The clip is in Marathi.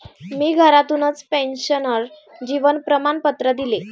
मी घरातूनच पेन्शनर जीवन प्रमाणपत्र दिले